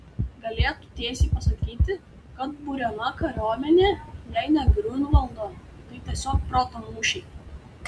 galėtų tiesiai pasakyti kad buriama kariuomenė jei ne griunvaldo tai tiesiog proto mūšiui